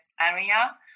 area